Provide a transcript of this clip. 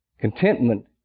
contentment